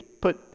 put